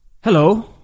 Hello